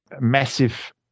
massive